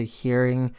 hearing